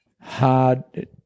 hard